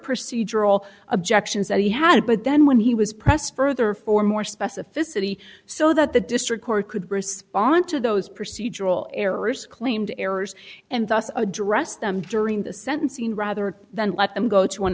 procedural objections that he had but then when he was pressed further for more specificity so that the district court could respond to those procedural errors claimed errors and thus address them during the sentencing rather than let them go to an